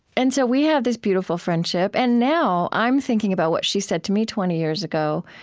and so we have this beautiful friendship. and now i'm thinking about what she said to me twenty years ago,